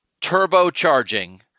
turbocharging